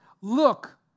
Look